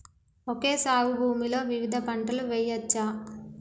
Okay సాగు భూమిలో వివిధ పంటలు వెయ్యచ్చా?